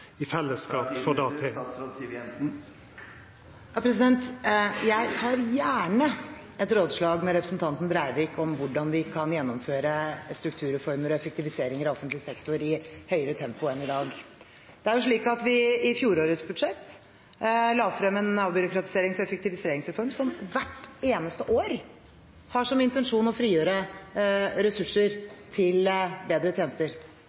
i milliardklassen for å sikra at me i fellesskap … Da er tiden ute. Jeg tar gjerne et rådslag med representanten Breivik om hvordan vi kan gjennomføre strukturreformer og effektiviseringer av offentlig sektor i høyere tempo enn i dag. I fjorårets budsjett la vi frem en avbyråkratiserings- og effektiviseringsreform som hvert eneste år har som intensjon å